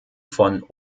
von